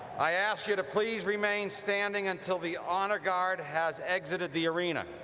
i ask you to please remain standing until the honor guard has exited the arena.